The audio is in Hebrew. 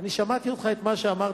שמעתי את מה שאמרת,